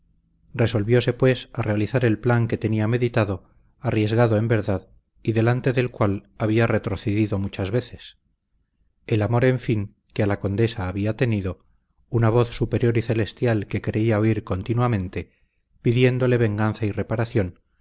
imponderables resolvióse pues a realizar el plan que tenía meditado arriesgado en verdad y delante del cual había retrocedido muchas veces el amor en fin que a la condesa había tenido una voz superior y celestial que creía oír continuamente pidiéndole venganza y reparación